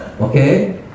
Okay